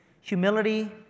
humility